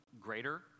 greater